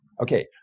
okay